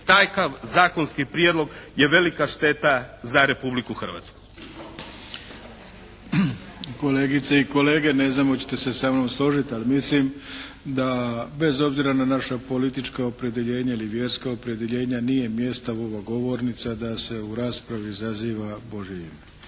takav zakonski prijedlog je velika šteta za Republiku Hrvatsku. **Arlović, Mato (SDP)** Kolegice i kolege na znam hoćete se sa mnom složiti, ali mislim da bez obzira na naša politička opredjeljenja ili vjerska opredjeljenja nije mjesto ova govornica da se u raspravi zaziva Božje ime.